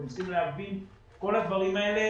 אתם צריכים להבין שכל הדברים האלה,